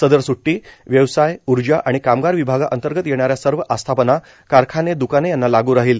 सदर सुट्टी व्यवसाय ऊर्जा आणि कामगार विभागांतर्गत येणाऱ्या सर्व आस्थापना कारखाने द्काने यांना लागू राहील